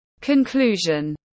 Conclusion